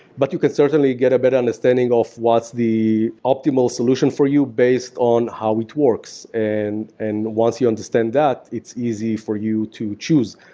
but you can certainly get a better understanding of what's the optimal solution for you based on how it works. and and once you understand that, it's easy for you to choose.